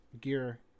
Gear